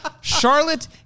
Charlotte